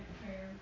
prayer